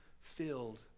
filled